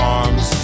arms